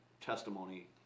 testimony